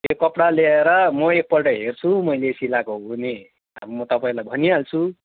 त्यो कपडा ल्याएर म एकपल्ट हेर्छु मैले सिलाएको हो भने अब म तपाईँलाई भनिहाल्छु